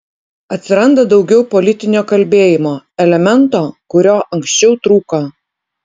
atsiranda daugiau politinio kalbėjimo elemento kuriuo anksčiau trūko